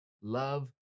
love